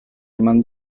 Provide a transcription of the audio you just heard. eman